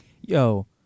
Yo